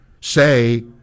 say